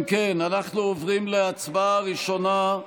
אם כן, אנחנו עוברים להצבעה הראשונה,